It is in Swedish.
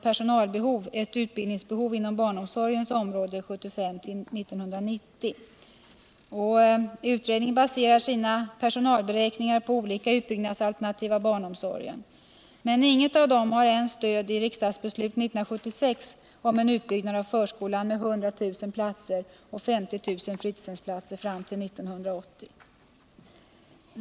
Samtidigt sägs att det finns en obalans regionalt — främst i storstadsregionerna, varför det föreslås en utökning just där.